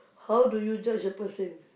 how do you judge a person